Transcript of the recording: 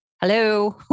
Hello